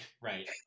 Right